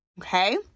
okay